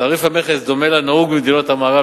תעריך המכס דומה לנהוג במדינות המערב,